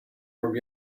from